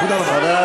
תודה רבה.